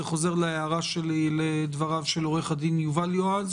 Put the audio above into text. זה חוזר להערה שלי לדבריו של עו"ד יובל יועז,